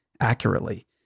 accurately